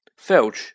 Felch